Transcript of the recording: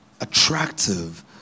attractive